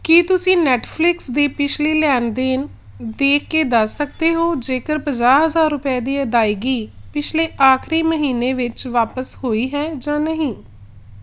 ਕੀ ਤੁਸੀਂਂ ਨੈਟਫ਼ਲਿਕਸ ਦੀ ਪਿਛਲੀ ਲੈਣ ਦੇਣ ਦੇਖ ਕੇ ਦੱਸ ਸਕਦੇ ਹੋ ਜੇਕਰ ਪੰਜਾਹ ਹਜ਼ਾਰ ਰੁਪਏ ਦੀ ਅਦਾਇਗੀ ਪਿਛਲੇ ਆਖਰੀ ਮਹੀਨੇ ਵਿੱਚ ਵਾਪਸ ਹੋਈ ਹੈ ਜਾਂ ਨਹੀਂ